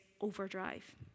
overdrive